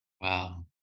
Wow